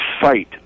fight